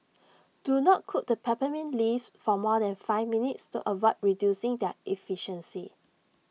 do not cook the peppermint leaves for more than five minutes to avoid reducing their efficacy